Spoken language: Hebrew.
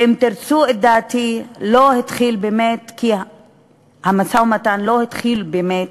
ואם תרצו את דעתי, המשא-ומתן לא התחיל באמת,